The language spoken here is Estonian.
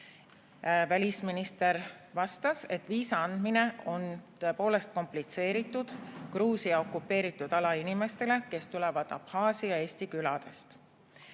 Välisminister vastas, et viisa andmine on tõepoolest komplitseeritud Gruusia okupeeritud ala inimestele, kes tulevad Abhaasia eesti küladest.